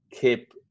keep